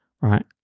right